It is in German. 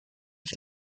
ich